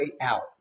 out